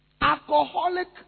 Alcoholic